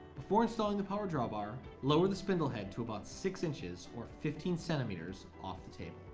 before installing the power drawbar, lower the spindle head to about six inches, or fifteen centimeters off the table.